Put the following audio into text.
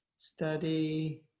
study